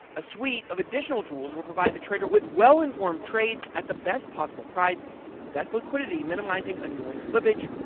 a suite of additional tools will provide the trader with well informed trades at the best possible price and best liquidity, minimizing annoying slippage,